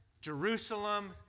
Jerusalem